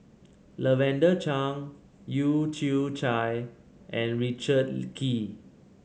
Lavender Chang Leu Yew Chye and Richard Kee